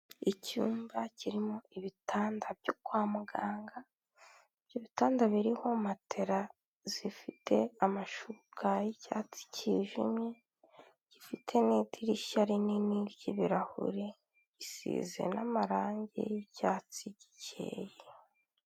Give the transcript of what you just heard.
Icyumba kirimo ibitanda byo kwa muganga, ibyo bitanda biriho matera zifite amashuka y'icyatsi cyijimye, gifite n'idirishya rinini ry'ibirahuri, gisize n'amarangi y'icyatsi gikeye.